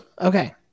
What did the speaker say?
Okay